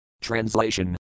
Translation